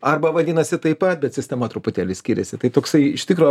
arba vadinasi taip pat bet sistema truputėlį skiriasi tai toksai iš tikro